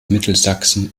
mittelsachsen